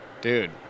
Dude